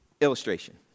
Illustration